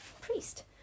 priest